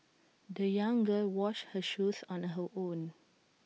the young girl washed her shoes on her own